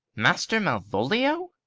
master malvolio?